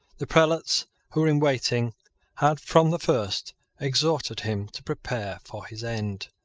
the prelates who were in waiting had from the first exhorted him to prepare for his end.